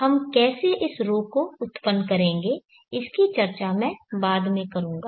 हम कैसे इस ρ को उत्पन्न करेंगे इसकी चर्चा मैं बाद में करूंगा